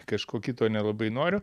kažko kito nelabai noriu